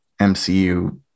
MCU